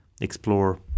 explore